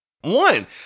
one